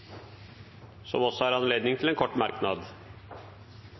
jeg også anledning til å gi en